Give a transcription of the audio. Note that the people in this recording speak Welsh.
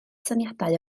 syniadau